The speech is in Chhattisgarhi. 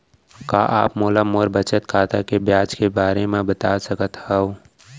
का आप मोला मोर बचत खाता के ब्याज के बारे म बता सकता हव?